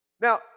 Now